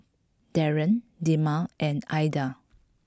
Darien Dema and Aidan